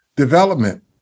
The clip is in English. development